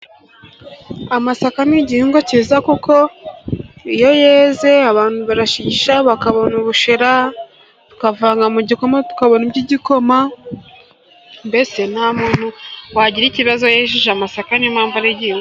Amasaka ni igihingwa cyiza kuko iyo yeze abantu barashigisha bakabona ubushera, tukavanga mu gikoma tukabona iby'igikoma, mbese nta muntu wagira ikibazo yejeje amasaka, ni yo mpamvu ari igihingwa cyiza.